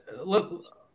look –